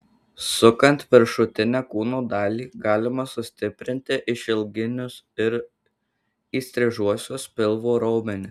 sukant viršutinę kūno dalį galima sustiprinti išilginius ir įstrižuosius pilvo raumenis